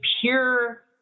pure